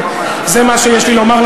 זה מה שיש לי לומר לכם,